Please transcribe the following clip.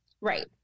Right